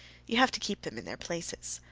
you have to keep them in their places.